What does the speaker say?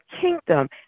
kingdom